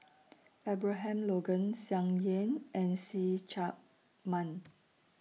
Abraham Logan Tsung Yeh and See Chak Mun